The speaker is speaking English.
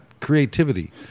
creativity